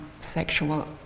sexual